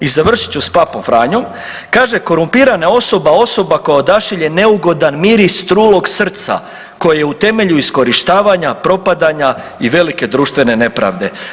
I završit ću s Papom Franjom, kaže korumpirana osoba je osoba koja odašilje neugodan miris trulog srca koje je u temelju iskorištavanja, propadanja i velike društvene nepravde.